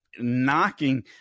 knocking